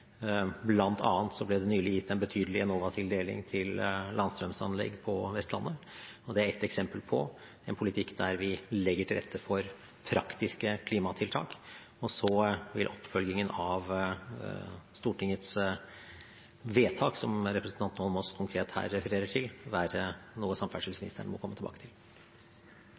ble det nylig gitt en betydelig Enova-tildeling til landstrømanlegg på Vestlandet. Det er et eksempel på en politikk der vi legger til rette for praktiske klimatiltak, og så vil oppfølgingen av Stortingets vedtak, som representanten Eidsvoll Holmås her konkret refererer til, være noe som samferdselsministeren må komme tilbake til.